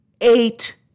eight